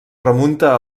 remunta